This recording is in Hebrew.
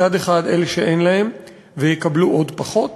מצד אחד, אלה שאין להם ויקבלו עוד פחות,